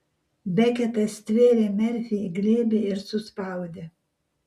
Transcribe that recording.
beketas stvėrė merfį į glėbį ir suspaudė